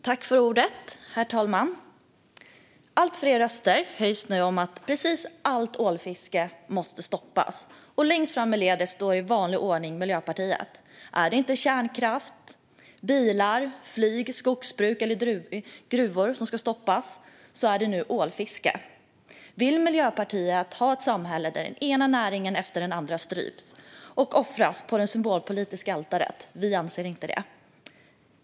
Herr talman! Allt fler röster höjs nu för att precis allt ålfiske måste stoppas. Längst fram i ledet står i vanlig ordning Miljöpartiet. Är det inte kärnkraft, bilar, flyg, skogsbruk eller gruvor som ska stoppas är det ålfiske. Vill Miljöpartiet ha ett samhälle där den ena näringen efter den andra stryps och offras på det symbolpolitiska altaret? Det vill inte vi.